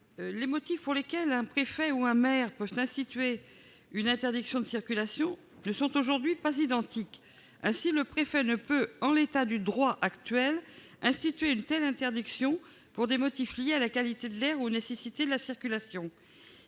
Les motifs pour lesquels un préfet ou un maire peuvent instituer une interdiction de circulation ne sont aujourd'hui pas identiques. Ainsi, le préfet ne peut, en l'état du droit actuel, prévoir une telle interdiction pour des motifs liés à la qualité de l'air ou aux nécessités de la circulation.